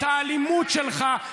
את האלימות שלך,